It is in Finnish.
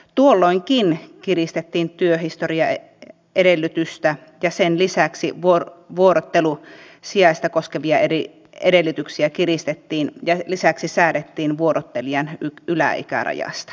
tuolloinkin kiristettiin työhistoriaedellytystä ja sen lisäksi vuorottelusijaista koskevia eri edellytyksiä kiristettiin ja lisäksi säädettiin vuorottelijan yläikärajasta